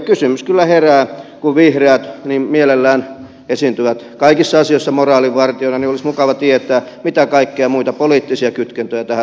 kysymys kyllä herää kun vihreät niin mielellään esiintyvät kaikissa asioissa moraalinvartijoina mitä kaikkia muita poliittisia kytkentöjä tähän ratkaisuun liittyy